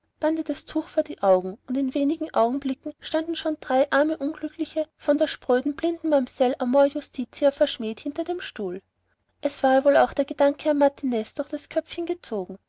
das tuch vor die augen und in wenigen augenblicken standen schon drei arme unglückliche von der spröden blinden mamsell amor justitia verschmäht hinter dem stuhl es war ihr wohl auch der gedanke an martiniz durch das köpfchen gezogen